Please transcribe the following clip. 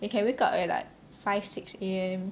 they can wake up at like five six A_M